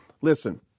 listen